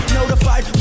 notified